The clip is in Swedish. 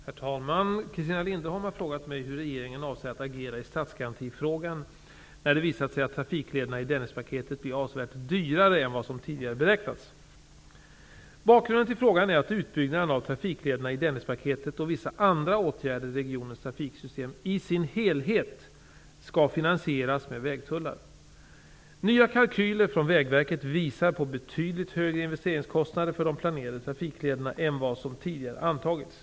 Herr talman! Christina Linderholm har frågat mig hur regeringen avser att agera i statsgarantifrågan när det visat sig att trafiklederna i Dennispaketet blir avsevärt dyrare än vad som tidigare beräknats. Bakgrunden till frågan är att utbyggnaden av trafiklederna i Dennispaketet och vissa andra åtgärder i regionens trafiksystem i sin helhet skall finansieras med vägtullar. Nya kalkyler från Vägverket visar på betydligt högre investeringskostnader för de planerade trafiklederna än vad som tidigare antagits.